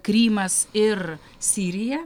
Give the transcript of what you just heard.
krymas ir sirija